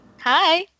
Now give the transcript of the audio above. Hi